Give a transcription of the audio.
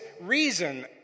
reason